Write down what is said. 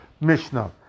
Mishnah